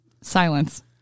Silence